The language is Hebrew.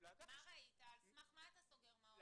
על סמך מה אתה סוגר מעון.